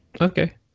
Okay